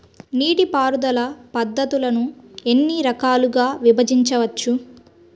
నీటిపారుదల పద్ధతులను ఎన్ని రకాలుగా విభజించవచ్చు?